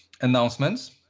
announcements